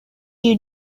you